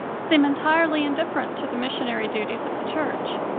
seem entirely indifferent to the missionary duties of the church.